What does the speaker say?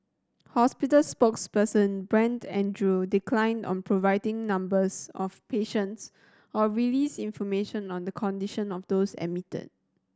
hospital spokesman Brent Andrew declined on providing numbers of patients or release information on the condition of those admitted